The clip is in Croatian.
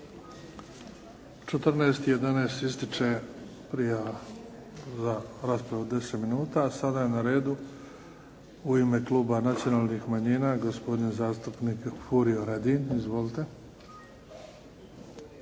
14,11 ističe prijava za raspravu od 10 minuta. A sada je na redu u ime kluba nacionalnih manjina, gospodin zastupnik Furio Radin. Izvolite.